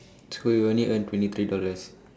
so we only earn twenty three dollars